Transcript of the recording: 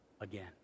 again